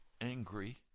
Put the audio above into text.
angry